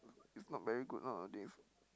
it's not very good nowadays